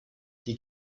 die